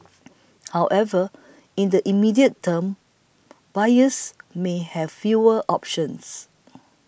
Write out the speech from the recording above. however in the immediate term buyers may have fewer options